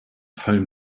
home